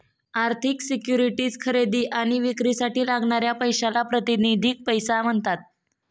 आर्थिक सिक्युरिटीज खरेदी आणि विक्रीसाठी लागणाऱ्या पैशाला प्रातिनिधिक पैसा म्हणतात